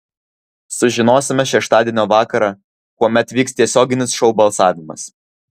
sužinosime šeštadienio vakarą kuomet vyks tiesioginis šou balsavimas